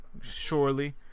Surely